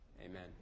Amen